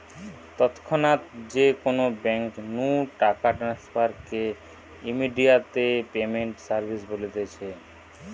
তৎক্ষণাৎ যে কোনো বেঙ্ক নু টাকা ট্রান্সফার কে ইমেডিয়াতে পেমেন্ট সার্ভিস বলতিছে